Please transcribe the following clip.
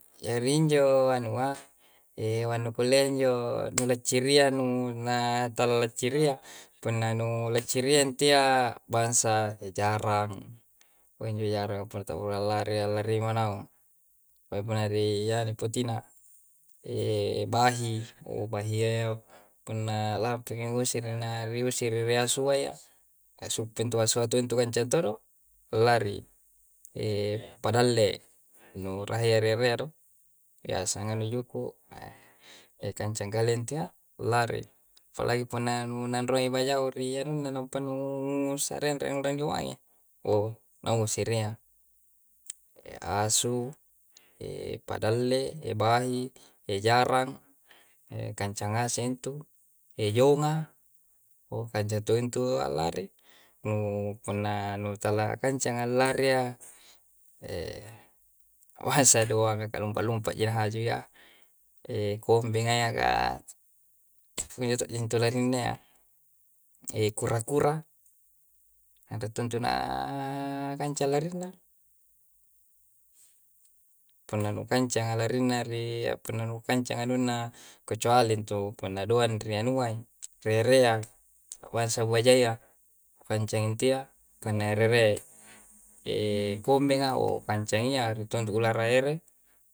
Jari injo anua wanu kolenjo nu leci'ria nu na talaci'ria, punna nu laci'ria tiya bansa, te jarang, wenjo yara pluta yalare-layare manaong. Wapunna re yanu putina, bahi bahiye punna lape ngusur na yuisirna suwaya na su'pena suatu wayantoro, lari. pada'le no raheya rere do, ya sangan yukku kancagaleng tya lari. Falai funna nu nangronge fajau riya nu nampa nu sarereng nu randeng dengwae, oo nau sereya asu, pada'le, bahi, ejarang, kanca ngaseng ntu, jongan, kajatu tuwala're, nu konna nu tallakanca nga'lareya wahashadu wa ngakalumpa-lumpa iya hajiya kombeyaga, konjo do laringneya, kurra-kurra tutuna kanca nari'na. Konno nu kanca lari'na ri ko'no nu kanca anu'na kocuali ntu penaduan rianua'i, re' reang kawasa wajaya kukanceng tya rere kombenga kancangia nu tondu ularaele.